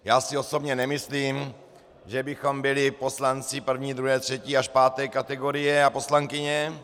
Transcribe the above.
Já si osobně nemyslím, že bychom byli poslanci první, druhé, třetí až páté kategorie, a poslankyně.